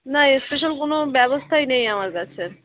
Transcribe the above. না স্পেশাল কোনো ব্যবস্থাই নেই আমার কাছে